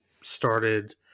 started